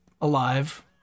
alive